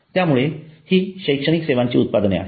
त्यामुळे ही शैक्षणिक सेवांची उत्पादने आहेत